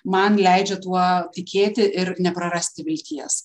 man leidžia tuo tikėti ir neprarasti vilties